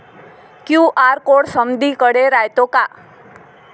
QR code समदीकडे रायतो का?